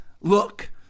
look